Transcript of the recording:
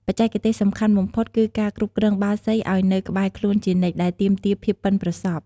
បច្ចេកទេសសំខាន់បំផុតគឺការគ្រប់គ្រងបាល់សីឱ្យនៅក្បែរខ្លួនជានិច្ច ដែលទាមទារភាពប៉ិនប្រសប់។